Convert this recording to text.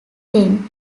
then